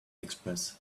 express